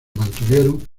mantuvieron